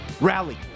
rally